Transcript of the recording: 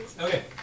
Okay